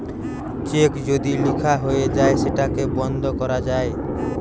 check যদি লিখা হয়ে যায় সেটাকে বন্ধ করা যায়